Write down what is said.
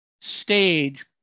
stage